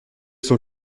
son